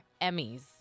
Emmys